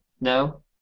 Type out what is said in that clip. No